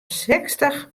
sechstich